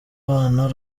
abana